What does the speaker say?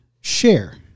share